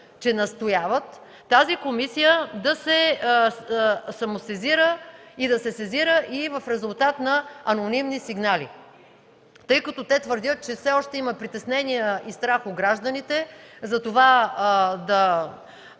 настояват, тази комисия да се самосезира и да се сезира и в резултат на анонимни сигнали, тъй като те твърдят, че все още има притеснения и страх у гражданите да